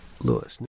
Lewis